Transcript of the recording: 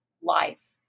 life